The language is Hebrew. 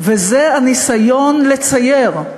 וזה הניסיון לצייר,